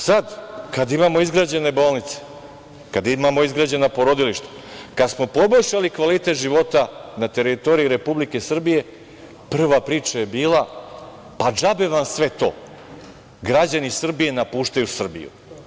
Sad kad imamo izgrađene bolnice, kad imamo izgrađena porodilišta, kad smo poboljšali kvalitet života na teritoriji Republike Srbije prva priča je bila – džabe vam sve to, građani Srbije napuštaju Srbiju.